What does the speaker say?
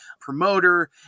promoter